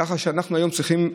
כך שהיום אנחנו צריכים,